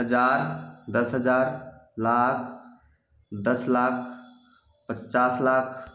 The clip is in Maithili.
हजार दस हजार लाख दस लाख पचास लाख